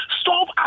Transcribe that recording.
stop